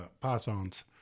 pythons